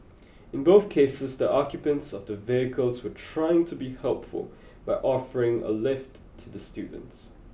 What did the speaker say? in both cases the occupants of the vehicles were trying to be helpful by offering a lift to the students